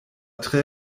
tre